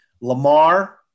Lamar